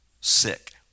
sick